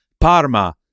Parma